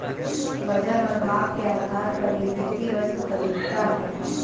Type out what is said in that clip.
वजन और माप के आधार पर ही व्यक्ति वस्तु खरीदता है